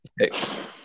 six